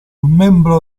membro